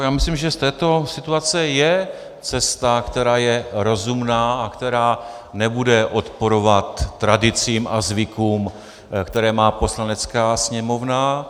Já myslím, že z této situace je cesta, která je rozumná a která nebude odporovat tradicím a zvykům, které má Poslanecká sněmovna.